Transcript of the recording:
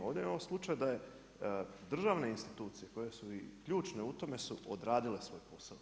Ovdje imamo slučaj da i državne institucije koje su i ključne u tome su odradile svoj posao.